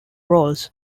roles